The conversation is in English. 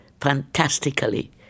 fantastically